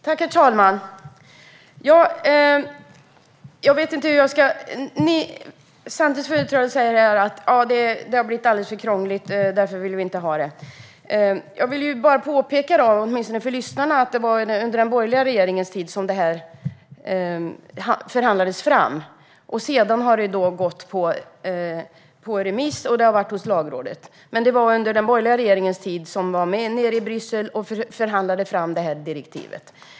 Herr talman! Jag vet inte riktigt hur jag ska börja. Centerns företrädare säger här att detta har blivit alldeles för krångligt och att ni därför inte vill ha det. Jag vill bara påpeka, åtminstone för lyssnarna, att det var under den borgerliga regeringens tid detta förhandlades fram. Sedan har det gått på remiss och varit hos Lagrådet. Men det var alltså under den borgerliga regeringens tid man var nere i Bryssel och förhandlade fram direktivet.